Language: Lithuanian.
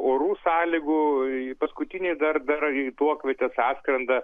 orų sąlygų paskutiniai dar dar į tuokvietes atskrenda